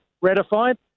ratified